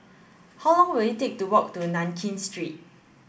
how long will it take to walk to Nankin Street